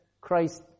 Christ